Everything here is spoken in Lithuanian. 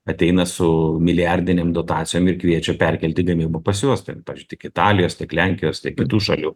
ateina su milijardinėm dotacijom ir kviečia perkelti gamybą pas juos tik italijos tiek lenkijos tiek kitų šalių